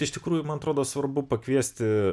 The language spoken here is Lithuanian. iš tikrųjų man atrodo svarbu pakviesti